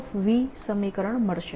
v સમીકરણ મળશે